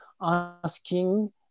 asking